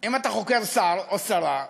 אם אתה חוקר שר או שרה,